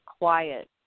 quiet